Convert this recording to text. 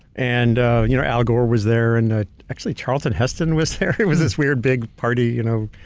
and ah you know al gore was there, and ah actually, charlton heston was there. it was this weird big party, you know,